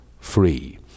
free